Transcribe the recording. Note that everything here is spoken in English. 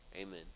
Amen